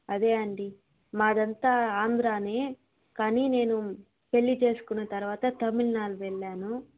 అదే అండి మాదంతా ఆంధ్రానే కానీ నేను పెళ్లి చేసుకున్న తర్వాత తమిళనాడు వెళ్ళాను